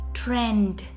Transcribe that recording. trend